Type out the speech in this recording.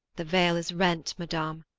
the veil is rent, madam,